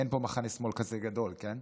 אין פה מחנה שמאל כזה גדול, כן?